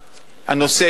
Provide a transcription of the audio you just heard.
לעמותות,